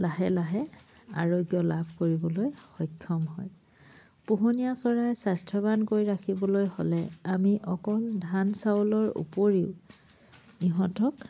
লাহে লাহে আৰোগ্য় লাভ কৰিবলৈ সক্ষম হয় পোহনীয়া চৰাই স্বাস্থ্যৱান কৰি ৰাখিবলৈ হ'লে আমি অকল ধান চাউলৰ উপৰিও ইহঁতক